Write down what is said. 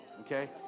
Okay